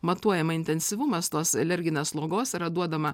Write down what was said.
matuojama intensyvumas tos alerginės slogos yra duodama